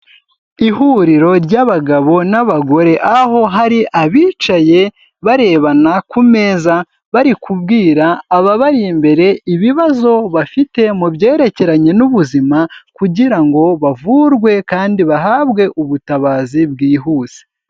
Ihuriro ry'abagabo n'abagore aho hari abicaye barebana ku meza, bari kubwira ababari imbere ibibazo bafite mu byerekeranye n'ubuzima, kugira ngo bavurwe kandi bahabwe ubutabazi bwihuse.